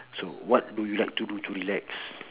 so what do you like to do to relax